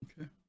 Okay